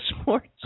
sports